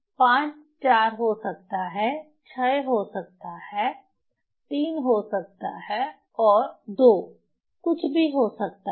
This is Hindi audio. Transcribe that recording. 5 4 हो सकता है 6 हो सकता है 3 हो सकता है और 2 कुछ भी हो सकता है